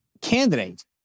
candidate